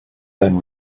then